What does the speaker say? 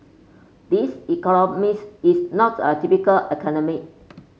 this economist is not a typical academic